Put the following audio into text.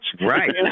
Right